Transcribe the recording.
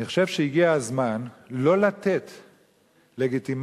אני חושב שהגיע הזמן לא לתת לגיטימציה,